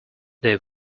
they